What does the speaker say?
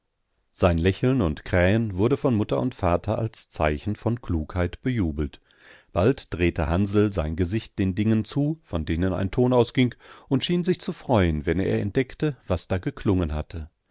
sein lächeln und krähen wurden von mutter und vater als zeichen von klugheit bejubelt bald drehte hansl sein gesicht den dingen zu von denen ein ton ausging und schien sich zu freuen wenn er entdeckte was da geklungen hatte